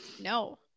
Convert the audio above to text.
No